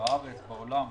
בארץ ובעולם,